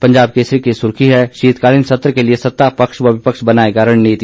पंजाब केसरी की सुर्खी है शीतकालीन सत्र के लिए सत्तापक्ष व विपक्ष बनाएगा रणनीति